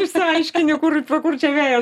išsiaiškini kur pro kur čia vėjas